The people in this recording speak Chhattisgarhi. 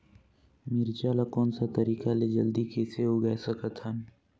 मिरचा ला कोन सा तरीका ले जल्दी कइसे उगाय सकथन?